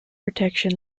protection